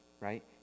right